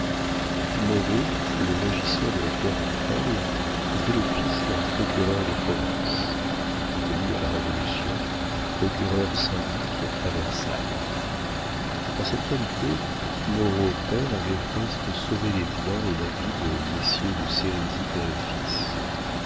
moreau le régisseur de la terre de presles était le fils d'un procureur de province devenu à la révolution procureur syndic à versailles en cette qualité moreau père avait presque sauvé les biens et la vie de messieurs de